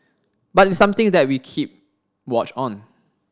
but it's something that we keep watch on